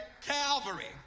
Calvary